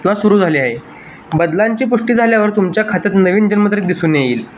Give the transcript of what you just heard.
किंवा सुरू झाली आहे बदलांची पुष्टी झाल्यावर तुमच्या खात्यात नवीन जन्मतारीख दिसून येईल